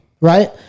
right